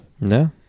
No